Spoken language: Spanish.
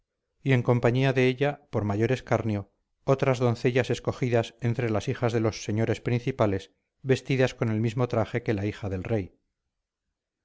y en compañía de ella por mayor escarnio otras doncellas escogidas entre las hijas de los señores principales vestidas con el mismo traje que la hija del rey